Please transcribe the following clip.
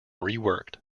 reworked